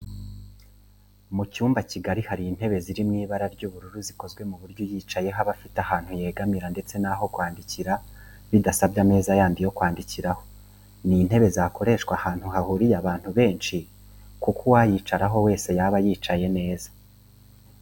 Mu cyumba kigari hari intebe ziri mu ibara ry'ubururu zikozwe ku buryo uyicayeho aba afite aho yegamira ndetse n'aho kwandikira bidasabye ameza yandi yo kwandikiraho. Ni intebe zakoreshwa ahantu hahuriye abantu benshi kuko uwayicaraho wese yaba yicaye neza.